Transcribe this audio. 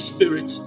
Spirit